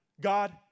God